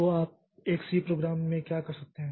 तो आप एक सी प्रोग्राम में क्या कर सकते हैं